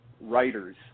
writers